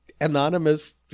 anonymous